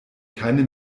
keine